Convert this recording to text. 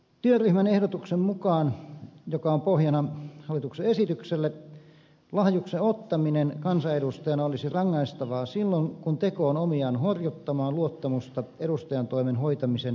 työryhmän ehdotuksen mukaan joka on pohjana hallituksen esitykselle lahjuksen ottaminen kansanedustajana olisi rangaistavaa silloin kun teko on omiaan selvästi horjuttamaan luottamusta edustajantoimen hoitamisen riippumattomuuteen